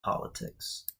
politics